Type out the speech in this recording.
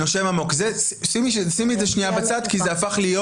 נשים את זה רגע בצד כי זה הפך להיות